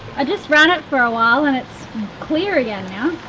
i just ran it for awhile, and it's clear again, now.